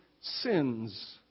sins